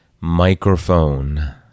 microphone